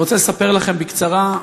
אני רוצה לספר לכם בקצרה,